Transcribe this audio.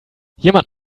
jemand